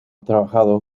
trabajado